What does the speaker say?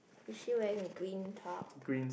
is she wearing green top